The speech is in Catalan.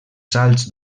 salts